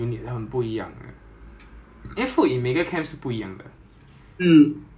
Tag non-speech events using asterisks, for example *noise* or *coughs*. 每个 place like Tekong 会有 Tekong 有三个 cookhouse I think *coughs* ya 三个